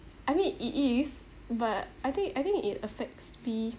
I mean it is but I think I think it it affects me